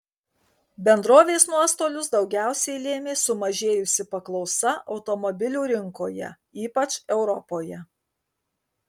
bendrovės nuostolius daugiausiai lėmė sumažėjusi paklausa automobilių rinkoje ypač europoje